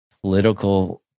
political